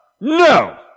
no